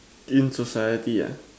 in society ah